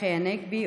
צחי הנגבי,